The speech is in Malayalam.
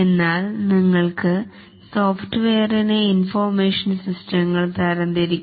എന്നാൽ നിങ്ങൾക്ക് സോഫ്റ്റ്വെയറിനെ ഇൻഫോർമേഷൻ സിസ്റ്റങ്ങൾ തരംതിരിക്കാം